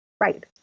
right